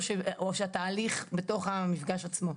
או שהתהליך בתוך המפגש עצמו?